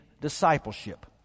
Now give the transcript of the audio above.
discipleship